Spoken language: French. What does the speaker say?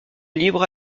libre